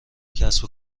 کسب